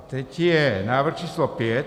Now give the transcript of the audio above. Teď je návrh číslo pět.